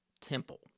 temple